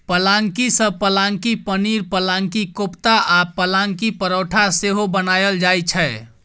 पलांकी सँ पलांकी पनीर, पलांकी कोपता आ पलांकी परौठा सेहो बनाएल जाइ छै